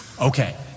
okay